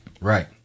Right